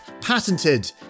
patented